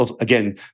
again